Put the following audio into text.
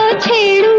ah t